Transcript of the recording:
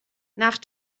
nach